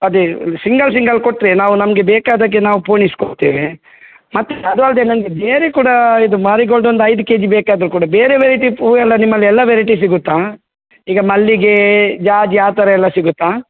ಅದೇ single single ಕೊಟ್ಟರೆ ನಾವು ನಮಗೆ ಬೇಕಾದಾಗೆ ನಾವು ಪೋಣಿಸಿಕೊಳ್ತೇವೆ ಮತ್ತು ಅದು ಅಲ್ಲದೆ ನನಗೆ ಬೇರೆ ಕೂಡ ಇದು ಮಾರಿಗೋಲ್ಡ್ ಒಂದು ಐದು ಕೆ ಜಿ ಬೇಕಾದರು ಕೂಡ ಬೇರೆ ವೆರೈಟಿ ಹೂವೆಲ್ಲ ನಿಮ್ಮಲ್ಲಿ ಎಲ್ಲ ವೆರೈಟಿ ಸಿಗುತ್ತಾ ಈಗ ಮಲ್ಲಿಗೆ ಜಾಜಿ ಆ ಥರ ಎಲ್ಲ ಸಿಗುತ್ತಾ